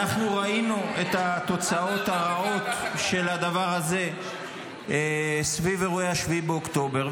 אנחנו ראינו את התוצאות הרעות של הדבר הזה סביב אירועי 7 באוקטובר,